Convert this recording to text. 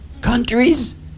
countries